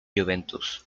juventus